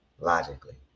logically